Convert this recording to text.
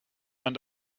man